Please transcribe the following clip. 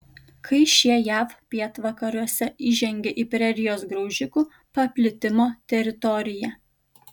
kai šie jav pietvakariuose įžengė į prerijos graužikų paplitimo teritoriją